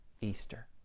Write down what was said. Easter